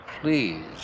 please